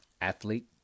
athlete